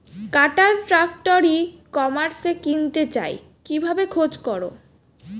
কাটার tractor ই কমার্সে কিনতে চাই কিভাবে খোঁজ করো?